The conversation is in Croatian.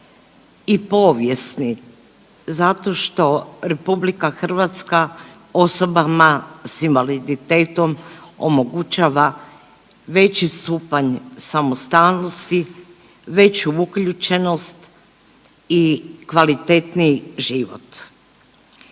i povijesni? Zato što RH osobama s invaliditetom omogućava veći stupanj samostalnosti, veću uključenost i kvalitetniji život.